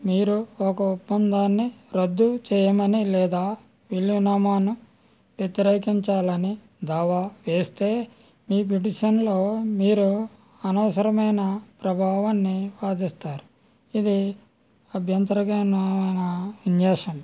మీరు ఒక ఒప్పందాన్ని రద్దు చేయమని లేదా వీలునామాను వ్యతిరేకించాలని దావా వేస్తే మీ పిటిషన్లో మీరు అనవసరమైన ప్రభావాన్ని వాదిస్తారు ఇది అభ్యంతరకరమైన విన్యాసం